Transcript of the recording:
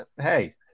hey